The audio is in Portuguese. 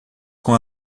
com